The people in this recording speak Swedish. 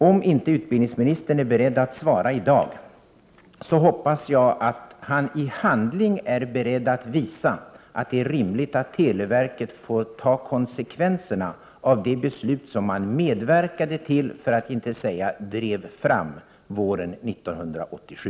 Om inte utbildningsministern är beredd att svara i dag, hoppas jag att han i handling är beredd att visa att det är rimligt att televerket får ta konsekvenserna av det beslut som man medverkade till, för att inte säga drev fram, våren 1987.